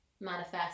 manifest